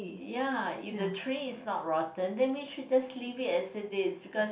ya if the tree is not rotten then we should just leave it as it is because